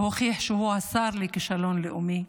שהוכיח שהוא השר לכישלון לאומי,